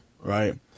right